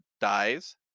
dies